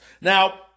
Now